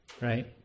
Right